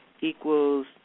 equals